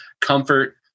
comfort